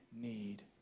need